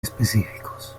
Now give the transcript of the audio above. específicos